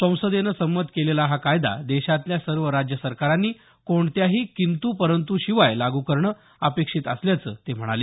संसदेन संमत केलेला हा कायदा देशातल्या सर्व राज्य सरकारांनी कोणत्याही किंत् परंतू शिवाय लागू करणं अपेक्षित असल्याचं ते म्हणाले